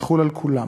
יחול על כולם.